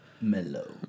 Mellow